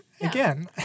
Again